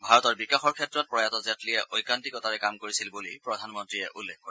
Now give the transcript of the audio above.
ভাৰতৰ বিকাশৰ ক্ষেত্ৰত প্ৰয়াত জেটলীয়ে ঐকান্তিকতাৰে কাম কৰিছিল বুলি প্ৰধানমন্ত্ৰী উল্লেখ কৰে